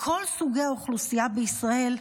מכל סוגי האוכלוסייה בישראל,